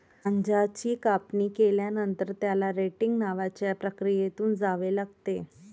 गांजाची कापणी केल्यानंतर, त्याला रेटिंग नावाच्या प्रक्रियेतून जावे लागते